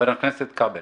למרות